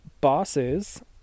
bosses